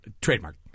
Trademark